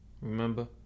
Remember